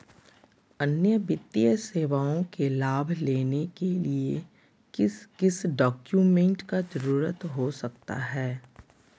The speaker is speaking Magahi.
अन्य वित्तीय सेवाओं के लाभ लेने के लिए किस किस डॉक्यूमेंट का जरूरत हो सकता है?